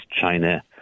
China